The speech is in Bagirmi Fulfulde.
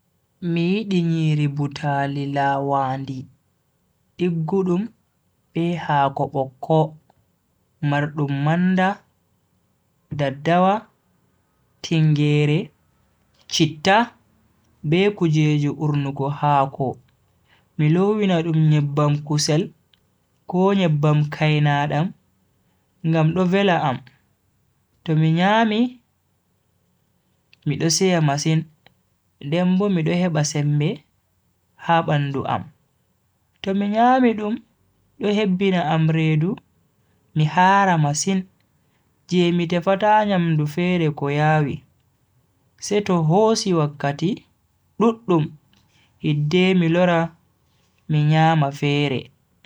Mi yidi nyiri butaali lawandi diggudum be haako bokko mardum manda, daddawa, tingeere, citta be kujeji urnugo haako. mi lowina dum nyebbam kusel ko nyebbam kainadam ngam do vela am. to mi nyami mido seya masin den bo mido heba sembe ha bandu am. to mi nyami dum do hebbina am redu mi haara masin je mi tefata nyamdu fere ko yawi seto hosi wakkati duddum hidde mi lora mi nyama fere.